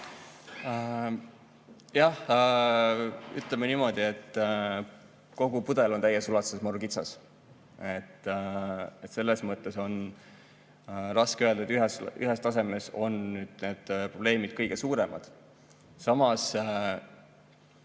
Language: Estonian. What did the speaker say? Jah, ütleme niimoodi, et kogu pudel on täies ulatuses maru kitsas. Selles mõttes on raske öelda, et ühes tasemes on need probleemid kõige suuremad. Samas,